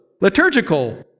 liturgical